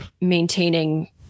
maintaining